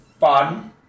fun